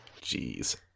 Jeez